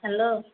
hello